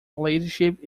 ladyship